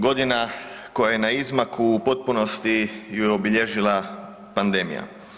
Godina koja je na izmaku u potpunosti ju je obilježila pandemija.